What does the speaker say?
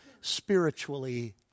spiritually